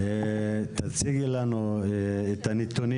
אנחנו יודעים שהמדד החברתי